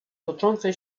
toczącej